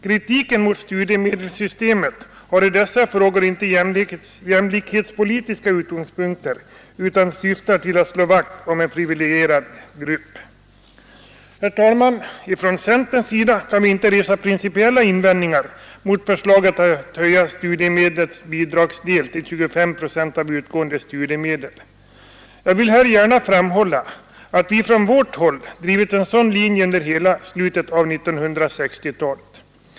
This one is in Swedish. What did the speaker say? Kritiken mot studiemedelssystemet har i dessa frågor inte jämlikhetspolitiska utgångspunkter utan syftar till att slå vakt om en privilegierad grupp. Herr talman! Från centerns sida kan vi inte resa principiella invändningar mot förslaget att höja studiemedlens bidragsdel till 25 procent av utgående studiemedel. Jag vill gärna här framhålla att vi från vårt håll drivit en sådan linje under hela slutet av 1960-talet.